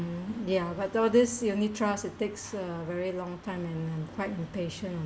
ya but all these unit trust it takes a very long time and I'm quite impatient